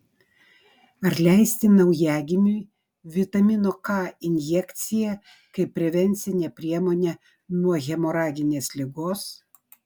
ar leisti naujagimiui vitamino k injekciją kaip prevencinę priemonę nuo hemoraginės ligos